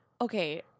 okay